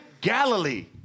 Galilee